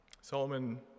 Solomon